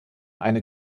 eine